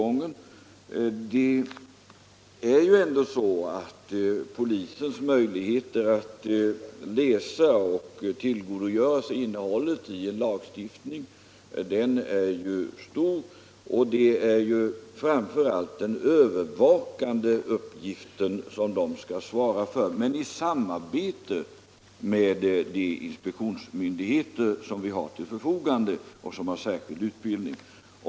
Polisens möjligheter att läsa och tillgodogöra sig innehållet i en lagstiftning är stora. Det är framför allt den övervakande uppgiften som polisen skall svara för, men i samarbete med de inspektionsmyndigheter som finns och som har särskild utbildning.